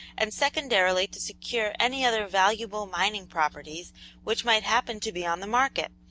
and secondarily to secure any other valuable mining properties which might happen to be on the market.